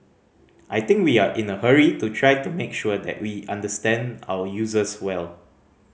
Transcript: I think we are in a hurry to try to make sure that we understand our users well